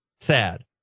Sad